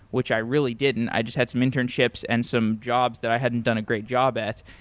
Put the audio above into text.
which i really didn't, i just had some internships and some jobs that i hadn't done a great job at,